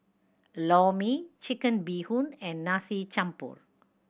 Lor Mee Chicken Bee Hoon and Nasi Campur